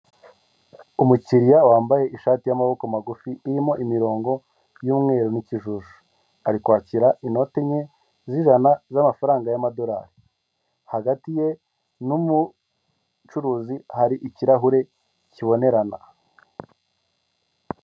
Umukiliya wambaye ishati y'amaboko magufi irimo imirongo y'umweru n'ikijuju, ari kwakira inoti enye z'ijana z'amafaranga y'amadorari, hagati ye n'umucuruzi hari ikirahure kibonerana.